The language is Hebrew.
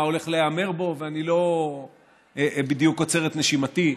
מה הולך להיאמר בו ואני לא בדיוק עוצר את נשימתי,